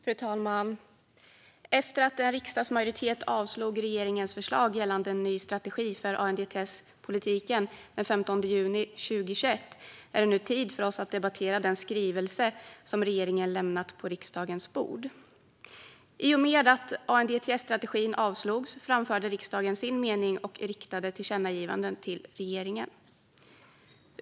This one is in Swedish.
Fru talman! Efter att en riksdagsmajoritet avslog regeringens förslag gällande en ny strategi för ANDTS-politiken den 15 juni 2021 är det nu tid för oss att debattera den skrivelse som regeringen lämnat på riksdagens bord. I och med att ANDTS-strategin avslogs framförde riksdagen sin mening och riktade tillkännagivanden till regeringen.